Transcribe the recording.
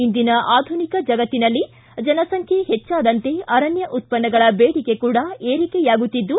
ಇಂದಿನ ಆಧುನಿಕ ಜಗತ್ತಿನಲ್ಲಿ ಜನಸಂಖ್ಯೆ ಹೆಚ್ಚಾದಂತೆ ಆರಣ್ಣ ಉತ್ಪನ್ನಗಳ ಬೇಡಿಕೆ ಕೂಡಾ ಏರಿಕೆಯಾಗುತ್ತಿದ್ದು